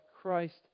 Christ